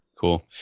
Cool